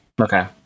Okay